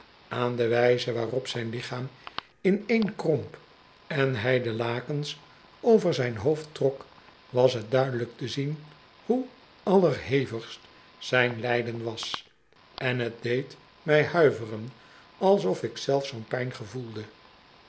aan de wijze waarop zijn lichaam ineenkromp en hij de lakens over zijn hoofd trok was t duidelijk te zien hoe allerhevigst zijn lijden was en t deed mij huiveren alsof ik zelf zoo'n pijn gevoelde